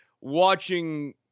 watching